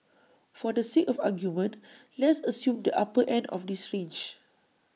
for the sake of argument let's assume the upper end of this range